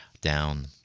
down